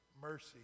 mercy